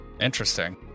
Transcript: interesting